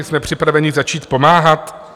Jsme připraveni začít pomáhat?